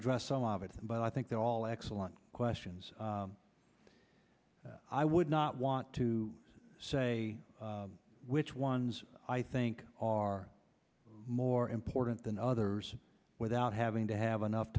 address all of it but i think they're all excellent questions i would not want to say which ones i think are more important than others without having to have enough